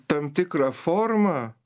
tam tikra forma